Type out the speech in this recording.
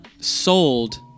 sold